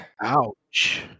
Ouch